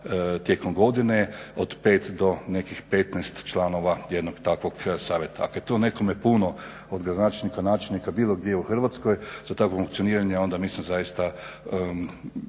tijekom godine od 5 do nekih 15 članova jednog takvog savjeta. Ako je to nekome puno od gradonačelnika, načelnika bilo gdje u Hrvatskoj za takvo funkcioniranje onda mislim zaista